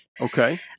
Okay